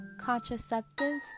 contraceptives